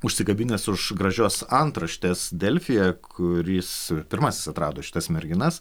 užsikabinęs už gražios antraštės delfyje kuris pirmasis atrado šitas merginas